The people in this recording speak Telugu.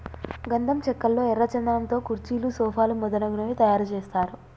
గంధం చెక్కల్లో ఎర్ర చందనం తో కుర్చీలు సోఫాలు మొదలగునవి తయారు చేస్తారు